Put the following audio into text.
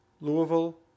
Louisville